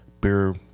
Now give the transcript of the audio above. beer